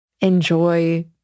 enjoy